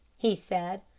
he said.